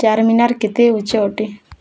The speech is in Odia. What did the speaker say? ଚାର୍ମୀନାର କେତେ ଉଚ୍ଚ ଅଟେ